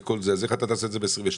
איך אתה תעשה את זה ב-2022?